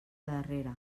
darrere